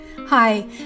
Hi